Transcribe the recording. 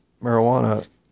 marijuana